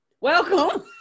Welcome